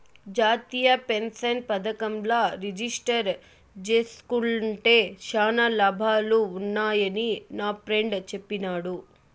జాతీయ పెన్సన్ పదకంల రిజిస్టర్ జేస్కుంటే శానా లాభాలు వున్నాయని నాఫ్రెండ్ చెప్పిన్నాడు